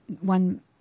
one